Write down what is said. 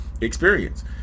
experience